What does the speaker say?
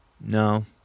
No